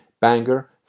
banger